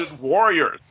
warriors